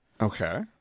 Okay